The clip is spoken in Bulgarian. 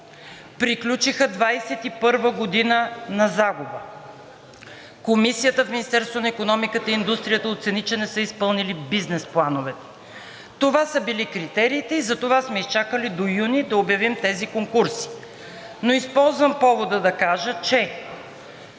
приключиха 2021 г. на загуба, комисията в Министерството на икономиката и индустрията оцени, че не са изпълнили бизнес плановете. Това са били критериите и затова сме изчакали до юни да обявим тези конкурси, но използвам повода да кажа,